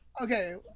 Okay